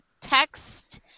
text